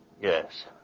Yes